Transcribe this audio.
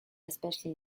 especially